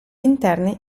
interni